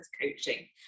coaching